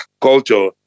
culture